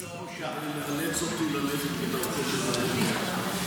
זה לאלץ אותי ללכת בדרכו של אהרן ברק.